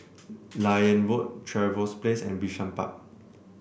Liane Road Trevose Place and Bishan Park